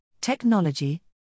technology